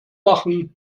machen